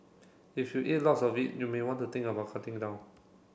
if you eat lots of it you may want to think about cutting down